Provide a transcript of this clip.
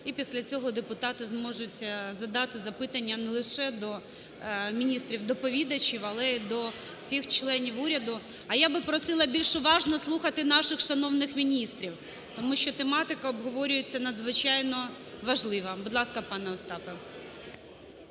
І після цього депутати зможуть задати запитання не лише до міністрів-доповідачів, але й до всіх членів уряду. А я би просила більш уважно слухати наших шановних міністрів, тому що тематика обговорюється надзвичайно важлива. Будь ласка, пане Остапе.